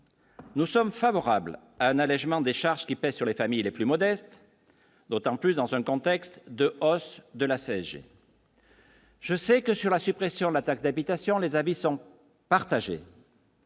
Nous sommes favorables à un allégement des charges qui pèsent sur les familles les plus modestes, d'autant plus dans un contexte de hausse de la CSG. Je sais que sur la suppression de la taxe d'habitation, les avis sont partagés.